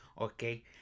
okay